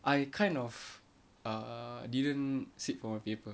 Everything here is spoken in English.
I kind of err didn't sit for my paper